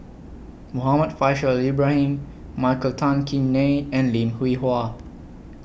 Muhammad Faishal Ibrahim Michael Tan Kim Nei and Lim Hwee Hua